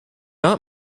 not